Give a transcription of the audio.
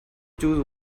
choose